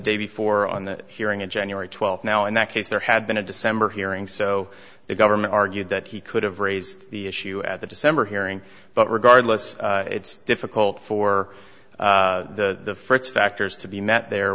day before on the hearing in january twelve now in that case there had been a december hearing so the government argued that he could have raised the issue at the december hearing but regardless it's difficult for the factors to be met there